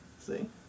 see